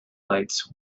lights